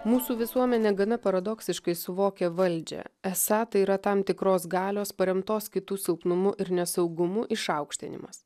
mūsų visuomenė gana paradoksiškai suvokia valdžią esą tai yra tam tikros galios paremtos kitų silpnumu ir nesaugumu išaukštinimas